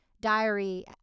diary